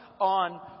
on